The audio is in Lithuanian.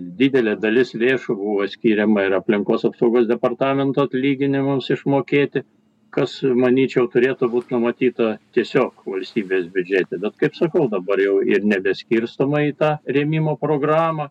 didelė dalis lėšų buvo skiriama ir aplinkos apsaugos departamento atlyginimams išmokėti kas manyčiau turėtų būt numatyta tiesiog valstybės biudžete bet kaip sakau dabar jau ir nebeskirstoma į tą rėmimo programą